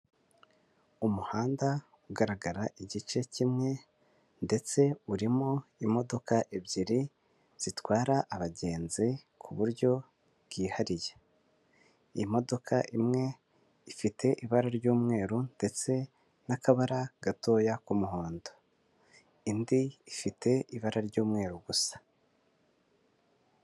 Umuhanda ugaragara igice kimwe ndetse urimo imodoka ebyiri zitwara abagenzi ku buryo bwihariye, imodoka imwe ifite ibara ry'umweru ndetse n'akabara gatoya k'umuhondo, indi ifite ibara ry'umweru gusa.